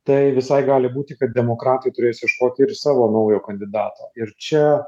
tai visai gali būti kad demokratai turės ieškoti ir savo naujo kandidato ir čia